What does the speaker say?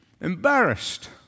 embarrassed